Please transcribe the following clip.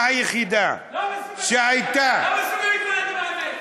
לא מסוגל להתמודד עם האמת.